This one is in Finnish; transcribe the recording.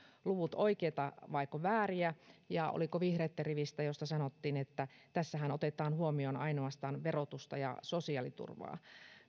luvut oikeita vaiko vääriä oliko vihreitten rivistä josta sanottiin että tässähän otetaan huomioon ainoastaan verotusta ja sosiaaliturvaa